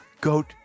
Goat